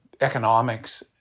economics